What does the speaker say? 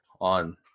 on